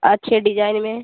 अच्छे डिजाइन में